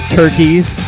turkeys